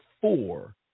four